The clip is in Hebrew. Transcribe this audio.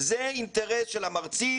זה אינטרס של המרצים,